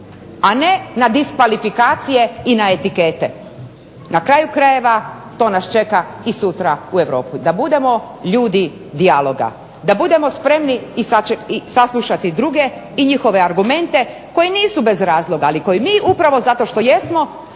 a ne na diskvalifikacije i kvalitete, na kraju krajeva to nas čeka i sutra u Europi, da budemo ljudi dijaloga, da budemo spremni i saslušati druge i njihove argumente koji nisu bez razloga, ali koji mi upravo zato što jesmo